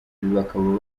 bakaba